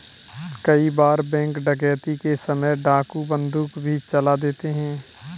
कई बार बैंक डकैती के समय डाकू बंदूक भी चला देते हैं